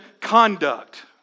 conduct